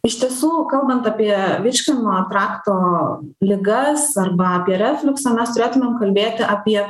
iš tiesų kalbant apie virškinimo trakto ligas arba apie refliuksą mes turėtumėm kalbėti apie